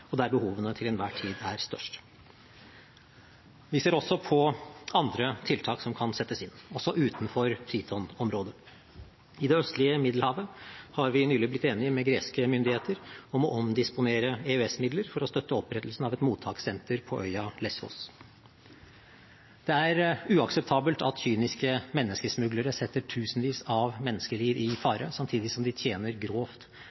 og der behovene til enhver tid er størst. Vi ser også på andre tiltak som kan settes inn, også utenfor Triton-området. I det østlige Middelhavet har vi nylig blitt enige med greske myndigheter om å omdisponere EØS-midler for å støtte opprettelsen av et mottakssenter på øya Lesvos. Det er uakseptabelt at kyniske menneskesmuglere setter tusenvis av menneskeliv i fare, samtidig som de tjener grovt